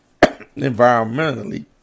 environmentally